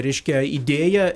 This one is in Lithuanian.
reiškia idėją